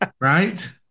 right